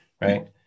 Right